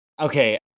okay